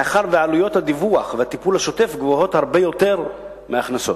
מאחר שעלויות הדיווח והטיפול השוטף גבוהות הרבה יותר מההכנסות.